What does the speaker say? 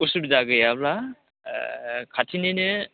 उसुबिदा गैयाब्ला ओह खाथिनिनो